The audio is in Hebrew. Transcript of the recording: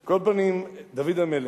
על כל פנים, דוד המלך.